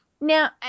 Now